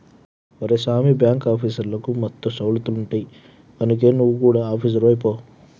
ఒరే సామీ, బాంకాఫీసర్లకు మస్తు సౌలతులుంటయ్ గందుకే నువు గుడ ఆపీసరువైపో